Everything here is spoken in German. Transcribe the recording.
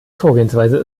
vorgehensweise